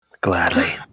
Gladly